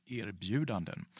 erbjudanden